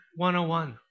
101